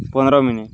ପନ୍ଦ୍ର ମିନିଟ୍